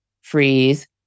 freeze